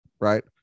Right